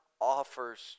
offers